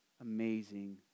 amazing